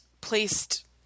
placed